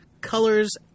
Colors